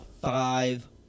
five